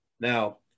Now